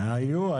היו.